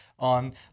on